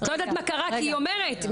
היא אומרת,